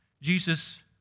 Jesus